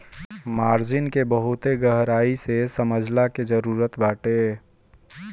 margin के बहुते गहराई से समझला के जरुरत बाटे